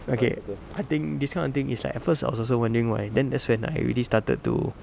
okay I think this kind of thing is like at first I was also wondering why then that's when I really started to